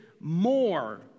more